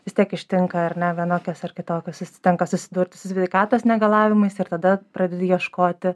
vis tiek ištinka ar ne vienokios ar kitokios tenka susidurti su sveikatos negalavimais ir tada pradedi ieškoti